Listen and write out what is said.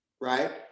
right